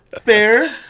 fair